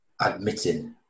admitting